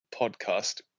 podcast